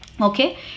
Okay